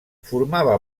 formava